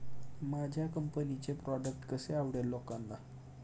माझ्या कंपनीचे प्रॉडक्ट कसे आवडेल लोकांना?